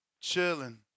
Chilling